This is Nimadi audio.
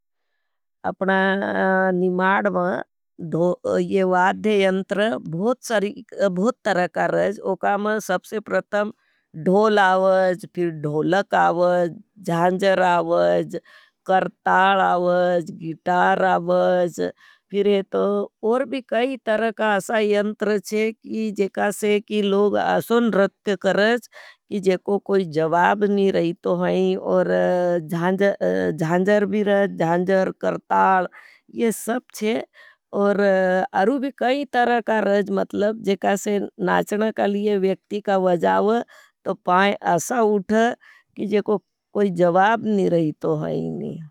अपना निमाड में ये वाध्ययंत्र बहुत तरका रहे हैं। उका में सबसे प्रतम धोल आवज, धोलक आवज, जहांजर आवज, कर्ताल आवज, गिटार आवज। फिर है तो और भी कई तरका असा यंतर थे। जेकासे लोग असन रत्य करें, जेको कोई जवाब नी रही थो हैं। जहांजर भी रहें, जहांजर, कर्ताल, ये सब थे। और अरू भी कई तरका रज मतलब, जेकासे नाचना कालिये व्यक्ति का वजाव। तो पाय असा उठा, जेको कोई जवाब नी रही थो हैं।